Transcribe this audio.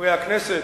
חברי הכנסת,